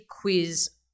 quiz